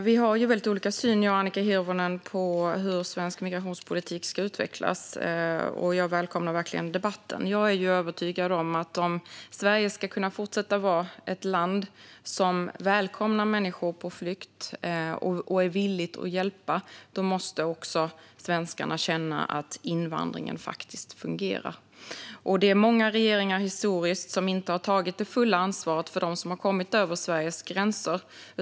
Fru talman! Jag och Annika Hirvonen har väldigt olika syn på hur svensk migrationspolitik ska utvecklas, och jag välkomnar verkligen debatten. Jag är övertygad om att om Sverige ska kunna fortsätta vara ett land som välkomnar människor på flykt och är villigt att hjälpa måste svenskarna också känna att invandringen faktiskt fungerar. Historiskt är det många regeringar som inte har tagit det fulla ansvaret för dem som har kommit över Sveriges gränser.